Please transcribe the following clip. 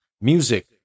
music